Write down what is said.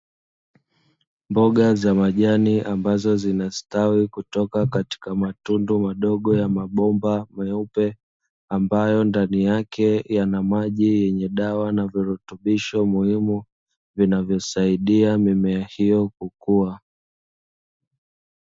Mboga za majani ambazo zinastawi kutoka katika matundu madogo ya mabomba meupe. Ambayo ndani yake yana maji yenye dawa na virutubisho muhimu vinavyosaidia mimea hiyo kukua.